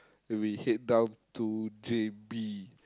we head down to J_B